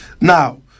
Now